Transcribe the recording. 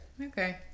Okay